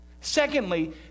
Secondly